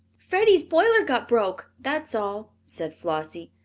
freddie's boiler got broke, that's all, said flossie.